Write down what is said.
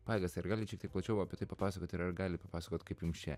pajėgas tai ar galit šiek tiek plačiau apie tai papasakoti ir ar galit papasakot kaip jums čia